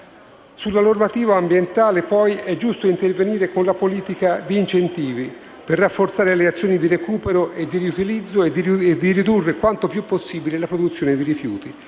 Sulla normativa ambientale è giusto intervenire con la politica di incentivi per rafforzare le azioni di recupero e di riutilizzo e ridurre quanto più possibile la produzione di rifiuti.